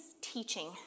teaching